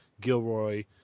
Gilroy